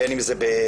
בין אם זה באירופה,